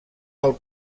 del